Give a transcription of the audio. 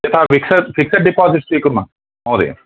यथा fixed fixed deposit स्वीकुर्मः महोदय